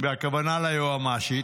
והכוונה ליועמ"שית,